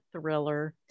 thriller